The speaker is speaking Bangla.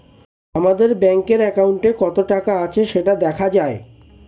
আমাদের ব্যাঙ্কের অ্যাকাউন্টে কত টাকা আছে সেটা দেখা যায়